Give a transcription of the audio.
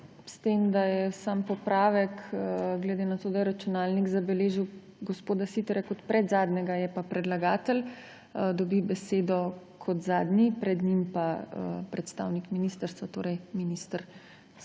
se tem da je samo popravek glede na to, da je računalnik zabeležil gospoda Siterja kot predzadnjega, je pa predlagatelj, dobi besedo kot zadnji, pred njim pa predstavnik ministrstva, torej minister